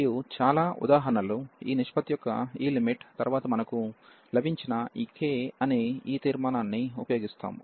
మరియు చాలా ఉదాహరణలు ఈ నిష్పత్తి యొక్క ఈ లిమిట్ తర్వాత మనకు లభించిన ఈ k అనే ఈ తీర్మానాన్ని ఉపయోగిస్తాము